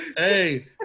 Hey